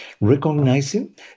recognizing